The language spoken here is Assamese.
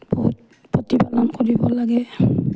বহুত প্ৰতিপালন কৰিব লাগে